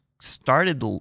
started